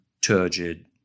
turgid